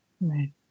Right